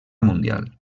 mundial